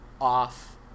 off